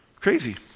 Crazy